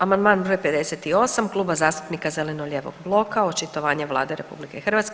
Amandman br. 58 Klub zastupnika zeleno-lijevog bloka, očitovanje Vlade RH.